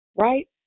Right